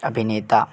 अभिनेता